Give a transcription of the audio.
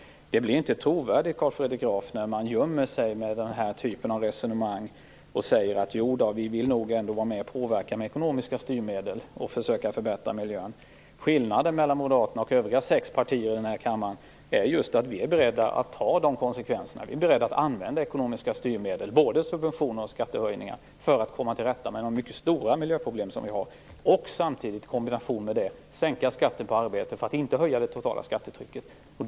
Det blir inte trovärdigt, Carl Fredrik Graf, att gömma sig bakom den här typen av resonemang om att man nog ändå vill vara med om att påverka med ekonomiska styrmedel och försöka förbättra miljön. Skillnaden mellan moderaterna och övriga sex partier här i kammaren är att vi är beredda att använda ekonomiska styrmedel, både subventioner och skattehöjningar, för att komma till rätta med de mycket stora miljöproblem som finns och samtidigt sänka skatten på arbete, dock utan att höja det totala skattetrycket.